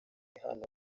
hano